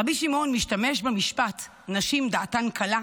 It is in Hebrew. רבי שמעון משתמש במשפט "נשים דעתן קלה"